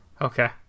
Okay